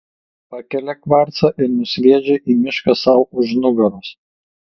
pakelia kvarcą ir nusviedžia į mišką sau už nugaros